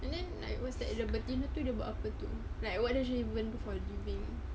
and then like what's the betina tu dia buat apa like what does she do for living